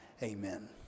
Amen